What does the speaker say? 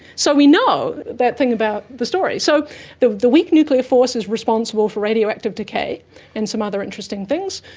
so we know that thing about the story. so the the weak nuclear force is responsible for radioactive decay and some other interesting things,